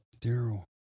Daryl